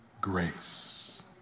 grace